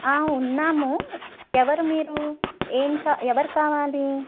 ఉన్నాము ఎవరు మీరు ఏమి కావా ఎవరు కావాలి